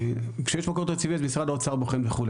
כשיש מקור תקציבי משרד האוצר בוחן וכו',